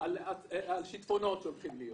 על שיטפונות שהולכים להיות.